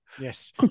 Yes